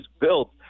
built